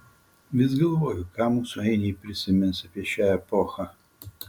vis galvoju ką mūsų ainiai prisimins apie šią epochą